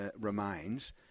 remains